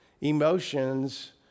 emotions